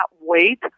wait